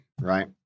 right